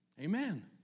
Amen